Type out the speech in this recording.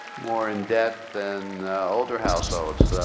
more in debt than older households.